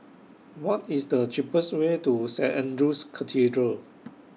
What IS The cheapest Way to Saint Andrew's Cathedral